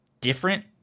different